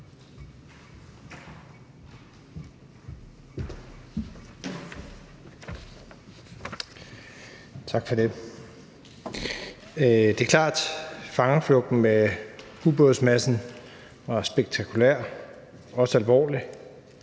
Tak for det. Det er klart, at fangeflugten med Ubådsmadsen var spektakulær, også alvorlig.